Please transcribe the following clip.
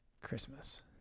Christmas